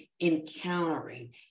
encountering